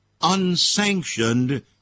Unsanctioned